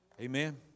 Amen